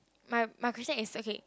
my my question is okay